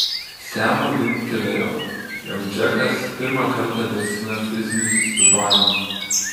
semui dingtelėjo jog džekas pirmą kartą grasina fiziniu susidorojimu